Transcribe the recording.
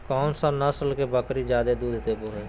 कौन सा नस्ल के बकरी जादे दूध देबो हइ?